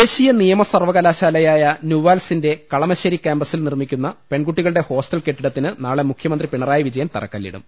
ദേശീയ നിയമ സർവകലാശാലയായ നുവാൽ ഡിന്റെ കളമ ശ്ശേരി കാമ്പസിൽ നിർമ്മിക്കുന്ന പെൺകുട്ടികളുടെ ഹോസ്റ്റൽ കെട്ടിടത്തിന് നാളെ മുഖ്യമന്ത്രി പിണറായി വിജയൻ തറക്കല്ലി ടും